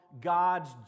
God's